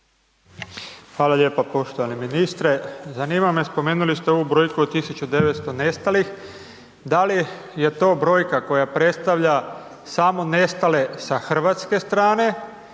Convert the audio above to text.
Hvala lijepa. Poštovani ministre, zanima me, spomenuli ste ovu brojku od 1900 nestalih, da li je to brojka koja predstavlja samo nestale sa hrvatske strane